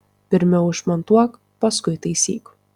pirmiau išmontuok paskui taisyk